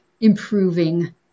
improving